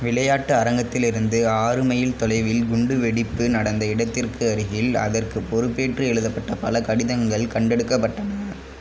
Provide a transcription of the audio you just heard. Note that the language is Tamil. விளையாட்டு அரங்கத்திலிருந்து ஆறு மைல் தொலைவில் குண்டு வெடிப்பு நடந்த இடத்திற்கு அருகில் அதற்குப் பொறுப்பேற்று எழுதப்பட்ட பல கடிதங்கள் கண்டெடுக்கப்பட்டன